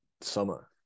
summer